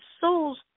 souls